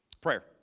Prayer